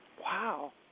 Wow